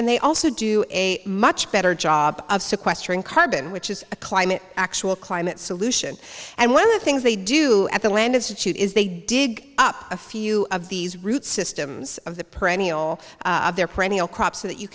and they also do a much better job of sequestering carbon which is a climate actual climate solution and one of the things they do at the land institute is they dig up a few of these root systems of the perennial their perennial crop so that you